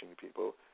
people